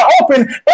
open